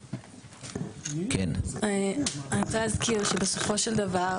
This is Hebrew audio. אני רוצה להזכיר שבסופו של דבר